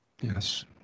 yes